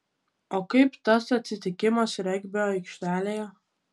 o kaip tas atsitikimas regbio aikštelėje